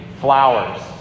flowers